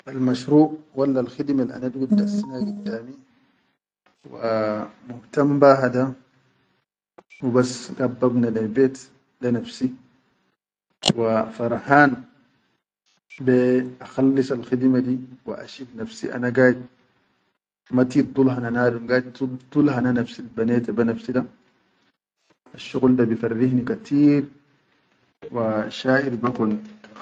Almashruq wallal khidme ana dugud dassinna giddami wa mutanbaha da hubas gaid babna leyi bet le nafsi wa harfan be a khalisal khidme di wa a a shif nafsi ana gaid ma tit hana nadum, gaid fi tit fi dul hana nafsi al baneta be nafsi da asshagul da bi farrihni katir wa sha hir be kon